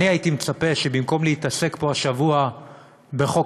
אני הייתי מצפה שבמקום להתעסק פה השבוע בחוק